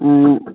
ꯑꯥ